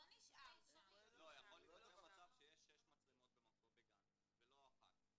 יכול לקרות מצב שיש 6 מצלמות בגן, לא אחת.